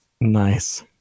nice